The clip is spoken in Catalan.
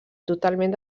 totalment